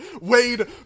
Wade